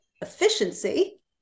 Efficiency